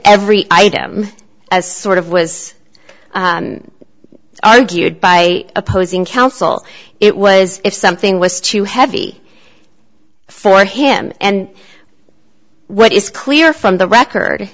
every item as sort of was argued by opposing counsel it was if something was too heavy for him and what is clear from the record